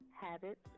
Habits